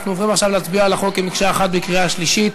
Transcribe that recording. אנחנו עוברים עכשיו להצביע על החוק במקשה אחת בקריאה שלישית.